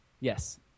yes